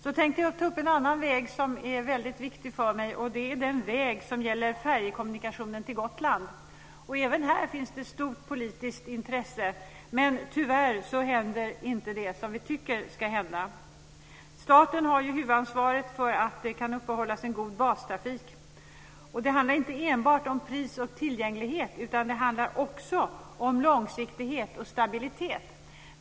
Jag tänkte ta upp en annan väg som är viktig för mig, nämligen färjekommunikationen till Gotland. Även här finns det stort politiskt intresse, men tyvärr händer inte det vi tycker ska hända. Staten har huvudansvaret för att det kan uppehållas en god bastrafik. Det handlar inte enbart om pris och tillgänglighet utan det handlar också om långsiktighet och stabilitet.